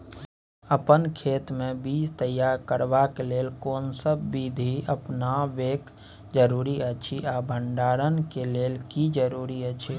अपन खेत मे बीज तैयार करबाक के लेल कोनसब बीधी अपनाबैक जरूरी अछि आ भंडारण के लेल की जरूरी अछि?